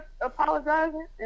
apologizing